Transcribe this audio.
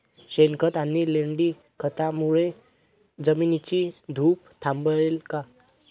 शेणखत आणि लेंडी खतांमुळे जमिनीची धूप थांबेल का?